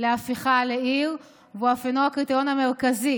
להפיכה לעיר והוא אף אינו הקריטריון המרכזי.